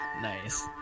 nice